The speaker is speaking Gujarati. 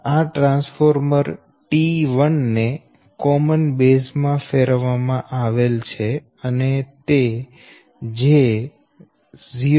આ ટ્રાન્સફોર્મર T1 ને કોમન બેઝ માં ફેરવવામાં આવેલ છે અને તે j0